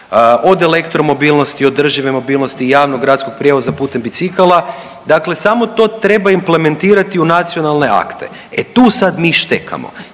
od elektro mobilnosti, održive mobilnosti, javnog gradskog prijevoza pute bicikala. Dakle, samo to treba implementirati u nacionalne akte. E tu sad mi štekamo,